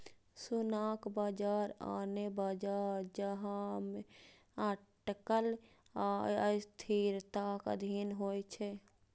सोनाक बाजार आने बाजार जकां अटकल आ अस्थिरताक अधीन होइ छै